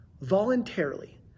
Voluntarily